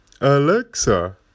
Alexa